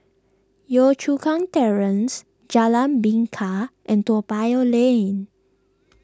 Yio Chu Kang Terrace Jalan Bingka and Toa Payoh Lane